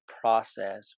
process